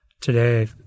today –